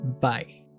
Bye